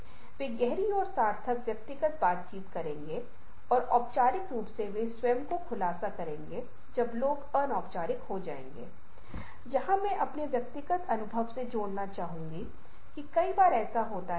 और जब उन्होंने फलों और पहाड़ों को देखना शुरू किया तो यह पाया गया कि एक मामले में जहां सौंदर्य पक्ष दिया जा रहा था उन्होंने अपने व्यवहार को देखना शुरू कर दिया था कि आप ध्यान के अंको को अलग अलग जगहों पर फैलाते हैं